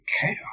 chaos